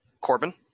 Corbin